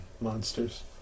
monsters